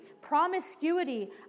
promiscuity